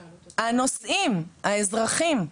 הנוסעים, האזרחים.